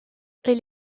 elle